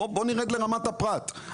בוא נרד לרמת הפרט.